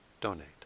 donate